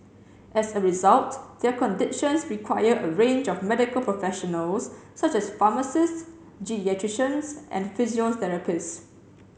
as a result their conditions require a range of medical professionals such as pharmacists geriatricians and physiotherapists